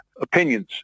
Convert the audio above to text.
opinions